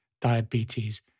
diabetes